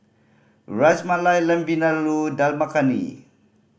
Ras Malai Lamb Vindaloo Dal Makhani